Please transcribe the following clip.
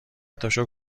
تاشو